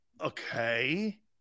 okay